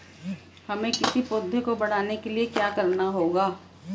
हमें किसी पौधे को बढ़ाने के लिये क्या करना होगा?